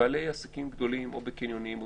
בעלי עסקים גדולים, למשל בקניונים או